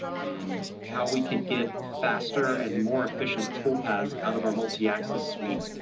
and how we could get faster and more efficient toolpaths out of our multiaxis suite,